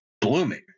blooming